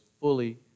fully